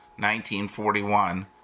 1941